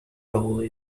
role